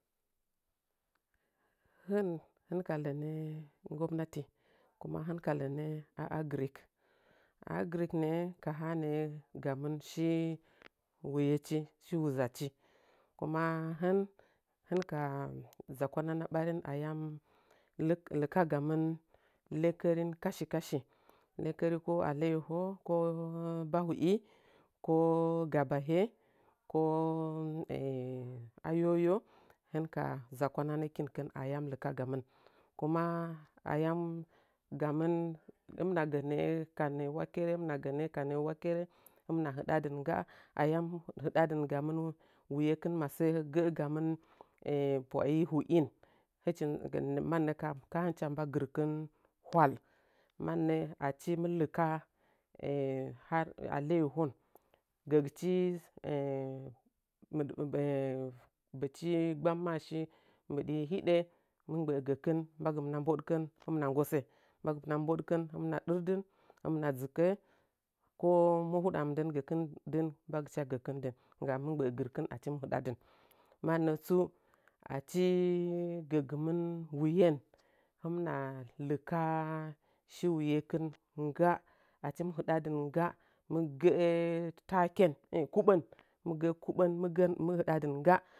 Hɨn hɨn ka lənə gomnati kuma hin ka lənə a agiric a agiric nə ka ha nəə gamɨn shi wuyechi shi wuzachi kuma hɨn hɨn ka zakwanana ɓarin ayam alik ayam lɨkagamɨn lekerin kashi kashi lekeri ko alayaho ko bahu'i ko gabahe ko ayoyo hɨnka zakwananəkinkin ayam lɨkagamɨn kuma ayam gamɨn hɨmɨna gə nəə kanə'ə wakkere hɨmɨna gə nə kanə wakkere hɨmɨna hiɗadɨn ngga ayam hiɗadɨngamɨn wuyenkin masə gəgamɨn pwai hu'in bɨchim mannə kam kahɨcha mba gɨrkɨn hwai mannə achi mɨ lɨka han alayahon gəgɨch bəchi gbamməshi mbiɗi hiɗe mɨ mgə'ə gakɨn mbagimna ɓoɗkɨn hɨmina nggose hɨmina dɨndɨn hɨmɨna dzɨkə komu huɗa mɨndən gakɨn dɨn mbagɨcha agakin dɨn gam mɨ gbə gɨrkin achi mɨ hɨɗadɨn mannatsu achi gəgɨmɨn wuyin hɨmina lika shi wuyekɨn ngga achi mɨ hɨɗaɗɨn ngga mɨ gə taken kuɓan ngga kuban mɨ gəna dinga